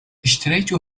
اشتريت